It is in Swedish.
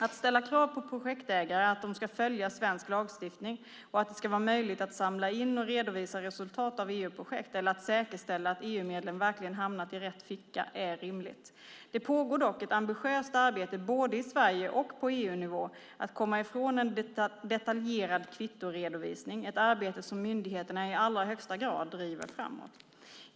Att ställa krav på projektägare att de ska följa svensk lagstiftning och att det ska vara möjligt att samla in och redovisa resultat av EU-projekt eller att säkerställa att EU-medlen verkligen hamnat i rätt ficka är rimligt. Det pågår dock ett ambitiöst arbete både i Sverige och på EU-nivå för att komma ifrån en detaljerad kvittoredovisning - ett arbete som myndigheterna i allra högsta grad driver framåt.